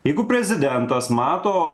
jeigu prezidentas mato